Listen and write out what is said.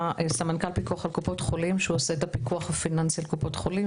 סמנכ"ל פיקוח על קופות חולים שהוא עושה את הפיקוח הפיננסי על קופות חולים.